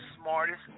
smartest